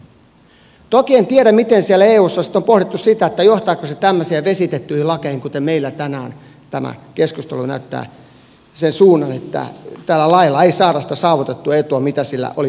toki en tiedä miten siellä eussa on sitten pohdittu sitä johtaako se tämmöisiin vesitettyihin lakeihin kuten meillä tänään tämä keskustelu näyttää sen suunnan että tällä lailla ei saada sitä saavutettua etua mitä sillä oli tarkoitus hakea